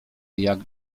jak